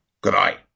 Goodbye